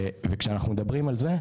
וכשאנחנו מדברים על זה,